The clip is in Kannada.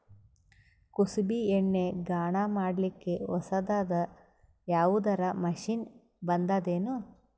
ಕುಸುಬಿ ಎಣ್ಣೆ ಗಾಣಾ ಮಾಡಕ್ಕೆ ಹೊಸಾದ ಯಾವುದರ ಮಷಿನ್ ಬಂದದೆನು?